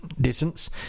distance